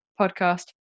Podcast